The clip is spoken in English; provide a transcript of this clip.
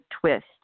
twist